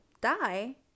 die